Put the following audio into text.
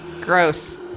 Gross